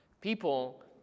People